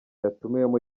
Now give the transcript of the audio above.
yatumiwemo